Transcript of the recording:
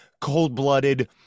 cold-blooded